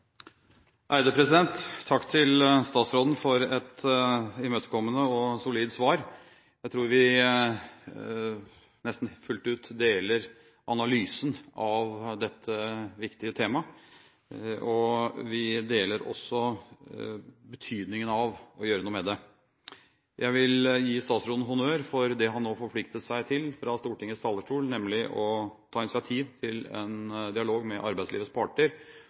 vi deler også betydningen av å gjøre noe med det. Jeg vil gi statsråden honnør for det han nå forpliktet seg til fra Stortingets talerstol, nemlig å ta initiativ til en dialog med arbeidslivets parter